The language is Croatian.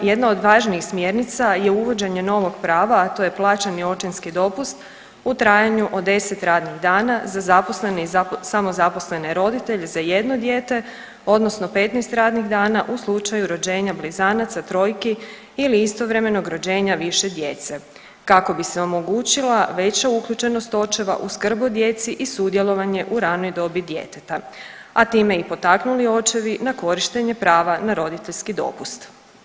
I jedan od, jedna od važnijih smjernica je uvođenje novog prava, a to je plaćeni očinski dopust u trajanju od 10 radnih dana za zaposlene i samozaposlene roditelje za jedno dijete odnosno 15 radnih dana u slučaju rođenja blizanaca, trojki ili istovremenog rođenja više djece kako bi se omogućila veća uključenost očeva u skrb o djeci i sudjelovanje u ranoj dobi djeteta, a time i potaknuli očevi na korištenje prava na roditeljski dopust.